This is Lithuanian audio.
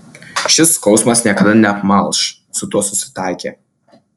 šis skausmas niekada neapmalš su tuo susitaikė